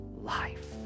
life